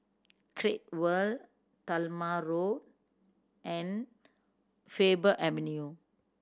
Great World Talma Road and Faber Avenue